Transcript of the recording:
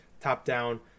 Top-down